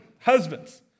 Husbands